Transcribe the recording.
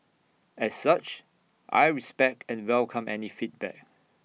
as such I respect and welcome any feedback